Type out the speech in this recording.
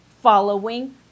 following